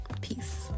peace